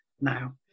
now